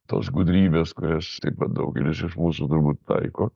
tos gudrybės kurias taip pat daugelis iš mūsų turbūt taiko